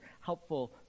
helpful